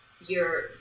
your-